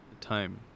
time